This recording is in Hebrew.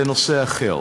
לנושא אחר,